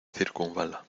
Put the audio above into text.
circunvala